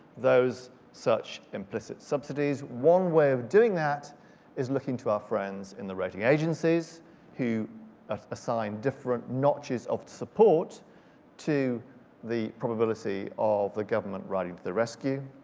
those such implicit subsidies. one way of doing that is looking to our friends in the rating agencies who ah have assigned different notches of support to the probability of the government riding to the rescue.